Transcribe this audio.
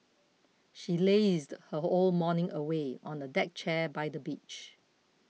she lazed her whole morning away on a deck chair by the beach